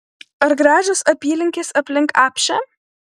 ar gražios apylinkės aplink apšę